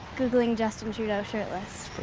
googling justin trudeau shirtless.